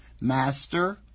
Master